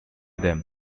them